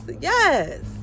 yes